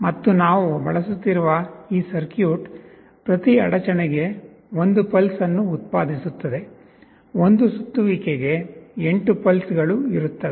ಮತ್ತು ನಾವು ಬಳಸುತ್ತಿರುವ ಈ ಸರ್ಕ್ಯೂಟ್ ಪ್ರತಿ ಅಡಚಣೆಗೆ ಒಂದು ಪಲ್ಸ್ ಅನ್ನು ಉತ್ಪಾದಿಸುತ್ತದೆ ಒಂದು ಸುತ್ತುವಿಕೆ ಗೆ 8 ಪಲ್ಸ್ ಗಳು ಇರುತ್ತವೆ